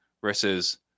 versus